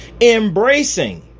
Embracing